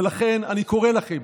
ולכן אני קורא לכם